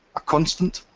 a constant,